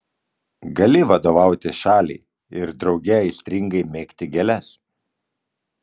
gali vadovauti šaliai ir drauge aistringai mėgti gėles